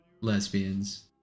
lesbians